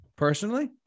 Personally